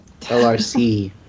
LRC